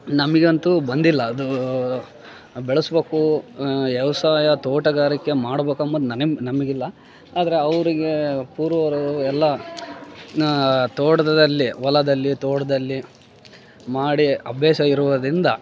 ನಮಗಂತು ಬಂದಿಲ್ಲ ಅದು ಬೆಳೆಸ್ಬೋಕು ವ್ಯವಸಾಯ ತೋಟಗಾರಿಕೆ ಮಾಡ್ಬೇಕೆಂಬುದು ನನಗ್ ನಮಗಿಲ್ಲ ಆದ್ರೆ ಅವರಿಗೆ ಪೂರ್ವರು ಎಲ್ಲ ತೋಟದದಲ್ಲಿ ಹೊಲದಲ್ಲಿ ತೋಟದಲ್ಲಿ ಮಾಡಿ ಅಭ್ಯಾಸ ಇರುವುದ್ರಿಂದ